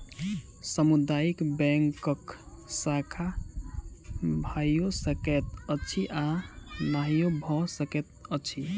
सामुदायिक बैंकक शाखा भइयो सकैत अछि आ नहियो भ सकैत अछि